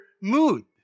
mood